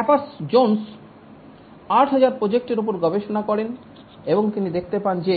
Capers Jones 8000 প্রজেক্টের উপর গবেষণা করেন এবং তিনি দেখতে পান যে